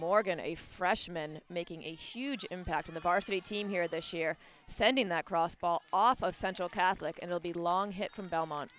morgan a freshman making a huge impact on the varsity team here this year sending that cross ball off of central catholic and will be long hit from belmont